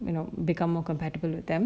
and become more compatible with them